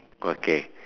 okay